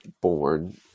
born